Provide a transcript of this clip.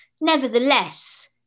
nevertheless